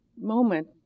moment